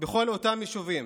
בכל היישובים,